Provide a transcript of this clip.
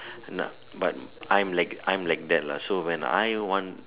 but I'm like I'm like that lah so when I want